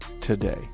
today